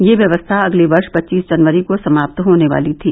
यह व्यवस्था अगले वर्ष पचीस जनवरी को समाप्त होने वाली थी